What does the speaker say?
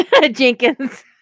Jenkins